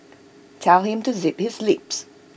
tell him to zip his lips